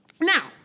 Now